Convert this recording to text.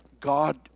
God